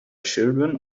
children